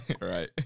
Right